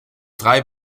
drei